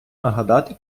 нагадати